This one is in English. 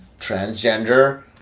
transgender